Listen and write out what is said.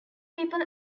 people